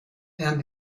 and